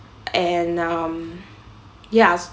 and um yes